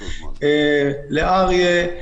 לאריה,